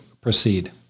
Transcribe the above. proceed